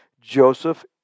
Joseph